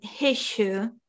issue